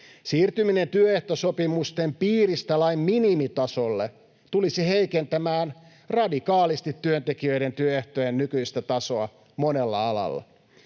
Siirtyminen työehtosopimusten piiristä lain minimitasolle tulisi heikentämään radikaalisti työntekijöiden työehtojen nykyistä tasoa monella alalla.